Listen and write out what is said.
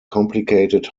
complicated